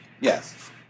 Yes